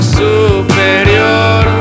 superior